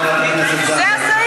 זה לא עומד בתנאים של,